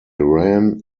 ran